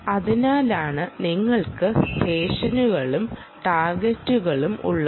അതിനാലാണ് നിങ്ങൾക്ക് സെഷനുകളും ടാർഗെറ്റുകളും ഉള്ളത്